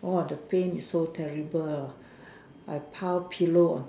!wow! the pain is so terrible I pile pillow on